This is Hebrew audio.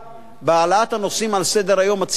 בהעלאת הנושאים על סדר-היום הציבורי,